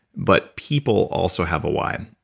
but people also have a why.